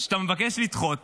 שאתה מבקש לדחות